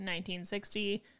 1960